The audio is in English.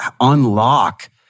unlock